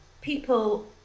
people